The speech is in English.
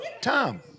Tom